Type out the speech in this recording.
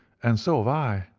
and so have i,